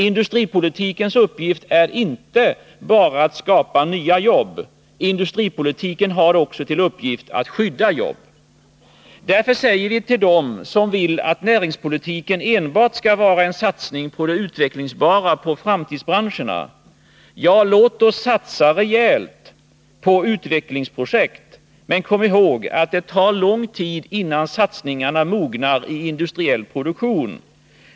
Industripolitikens uppgift är inte bara att skapa nya jobb. Industripolitiken har också till uppgift att skydda jobb. Därför säger vi till dem som vill att näringspolitiken enbart skall vara en satsning på det utvecklingsbara, på framtidsbranscherna: Ja, låt oss satsa rejält på utvecklingsprojekt. Men kom ihåg att det tar lång tid innan satsningarna mognar ut i industriell produktion.